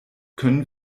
können